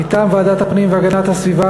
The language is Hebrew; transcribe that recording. מטעם ועדת הפנים והגנת הסביבה,